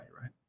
right